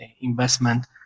investment